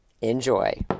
Enjoy